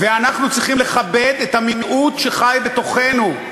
ואנחנו צריכים לכבד את המיעוט שחי בתוכנו,